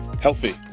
Healthy